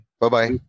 Bye-bye